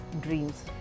dreams